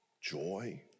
joy